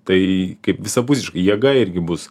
tai kaip visapusiškai jėga irgi bus